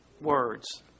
words